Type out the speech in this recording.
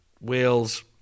Wales